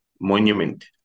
monument